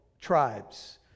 tribes